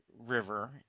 river